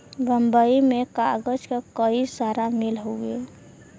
बम्बई में कागज क कई सारा मिल हउवे